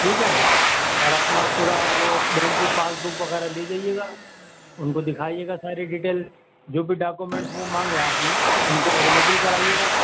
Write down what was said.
ٹھیک ہے اور اپنا پورا وہ بینک کی پاس بک وغیرہ لے جائیے گا ان کو دکھائیے گا ساری ڈیٹیل جو بھی ڈاکومینٹس ہیں وہ مانگے آپ ان ان کو اویلیبل کرائیے گا